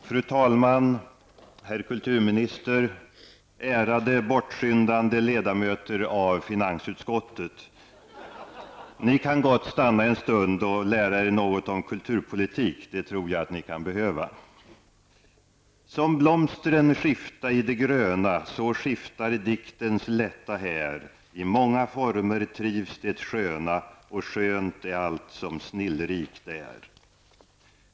Fru talman! Herr kulturminister! Ärade bortskyndande ledamöter av finansutskottet! Ni kan gott stanna en stund och lära er något om kulturpolitik -- det tror jag att ni kan behöva. Som blomstren skifta i det gröna, så skiftar diktens lätta här. I många former trivs det sköna, och skönt är allt som snillrikt är.